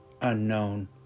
unknown